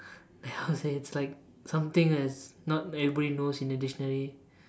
like how to say it's like something that's not everybody knows in the dictionary